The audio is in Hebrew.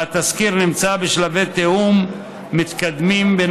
והתזכיר הוא בשלבי תיאום מתקדמים בין